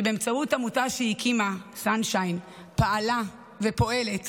שבאמצעות עמותה שהיא הקימה, Sunshine, פעלה ופועלת